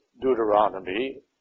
Deuteronomy